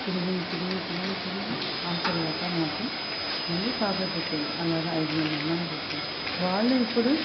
తిరిగి తిరిగి తిరిగి ఆ తర్వాత నాకు మళ్లీ పాపే పుట్టింది అలాగ నాకు ఐదు మంది అమ్మాయిలు పుట్టారు వాళ్ళు ఇప్పుడు